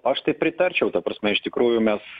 aš tai pritarčiau ta prasme iš tikrųjų mes